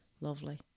lovely